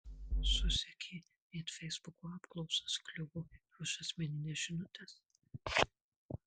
susekė net feisbuko apklausas kliuvo ir už asmenines žinutes